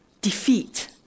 Defeat